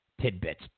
tidbits